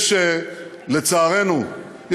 לצערנו,